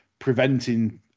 Preventing